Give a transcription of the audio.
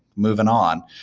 moving on.